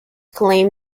claimed